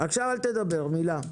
עכשיו אל תדבר מילה.